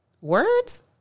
words